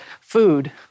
food